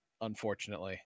unfortunately